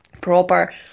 proper